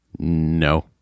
No